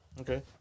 Okay